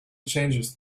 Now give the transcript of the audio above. changes